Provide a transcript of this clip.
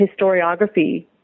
historiography